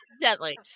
gently